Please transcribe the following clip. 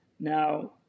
Now